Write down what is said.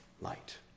light